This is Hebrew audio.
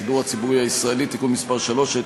השידור הציבורי הישראלי (תיקון מס' 3),